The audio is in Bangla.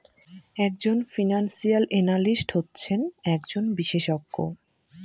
এক জন ফিনান্সিয়াল এনালিস্ট হচ্ছেন একজন বিশেষজ্ঞ